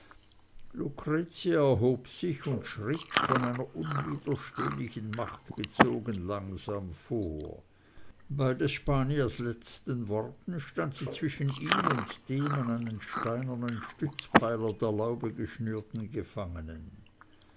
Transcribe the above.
lucretia erhob sich und schritt von einer unwiderstehlichen macht gezogen langsam vor bei des spaniers letzten worten stand sie zwischen ihm und dem an einen steinernen stützpfeiler der laube geschnürten gefangenen